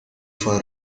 for